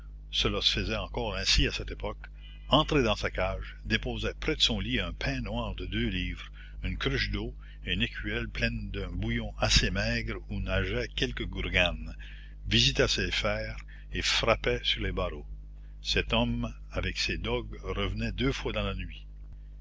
cela se faisait encore ainsi à cette époque entrait dans sa cage déposait près de son lit un pain noir de deux livres une cruche d'eau et une écuelle pleine d'un bouillon assez maigre où nageaient quelques gourganes visitait ses fers et frappait sur les barreaux cet homme avec ses dogues revenait deux fois dans la nuit